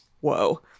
Whoa